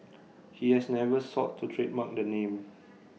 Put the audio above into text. he has never sought to trademark the name